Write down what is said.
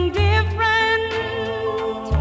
different